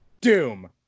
Doom